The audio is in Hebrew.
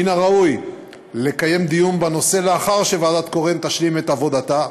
מן הראוי לקיים דיון בנושא לאחר שוועדת קורן תשלים את עבודתה.